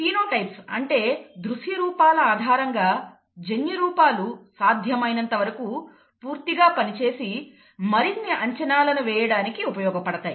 phenotypes అంటే దృశ్యరూపాల ఆధారంగా జన్యురూపాలు సాధ్యమైనంతవరకు పూర్తిగా పనిచేసి మరిన్ని అంచనాలను వేయడానికి ఉపయోగపడతాయి